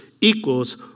equals